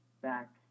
back